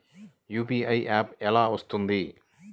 UPI app ఎలా వస్తుంది?